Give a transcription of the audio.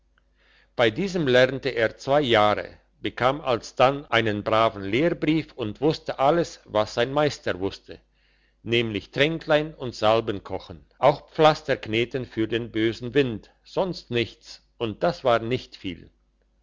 bei diesem lernte er zwei jahre bekam alsdann einen braven lehrbrief und wusste alles was sein meister wusste nämlich tränklein und salben kochen auch pflaster kneten für den bösen wind sonst nichts und das war nicht viel